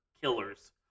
killers